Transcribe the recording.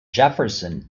jefferson